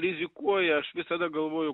rizikuoja aš visada galvoju